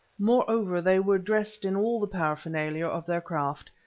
moreover they were dressed in all the paraphernalia of their craft,